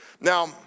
Now